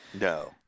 No